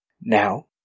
Now